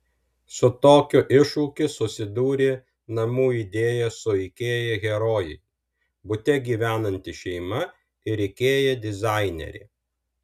su tokiu iššūkiu susidūrė namų idėja su ikea herojai bute gyvenanti šeima ir ikea dizainerė